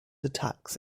attacks